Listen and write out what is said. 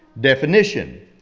definition